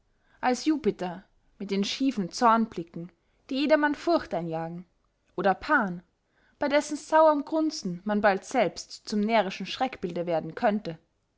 als jupiter mit den schiefen zornblicken die jedermann furcht einjagen oder pan bey dessen sauerm grunzen man bald selbst zum närrischen schreckbilde werden könnte